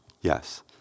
Yes